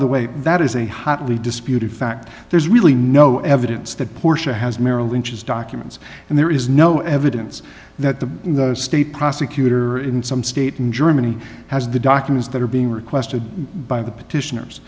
the way that is a hotly disputed fact there's really no evidence that porsche has merrill lynch's documents and there is no evidence that the state prosecutor in some state in germany has the documents that are being requested by the petitioners